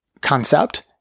concept